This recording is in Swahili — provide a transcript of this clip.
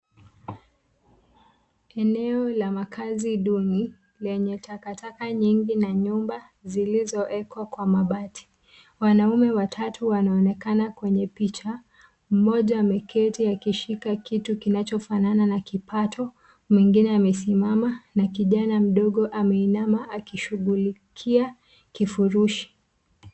Eneo la makazi duni lenye takataka nyingi na nyumba zilizoekwa kwa mabati. Wanaume watatu wanaonekana kwenye picha ,mmoja ameketi akishika kitu kinachofanana na kipato, mwingine amesimama na kijana mdogo ameinama akishughulikia kifurushi.